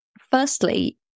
firstly